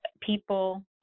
people